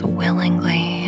willingly